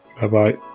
Bye-bye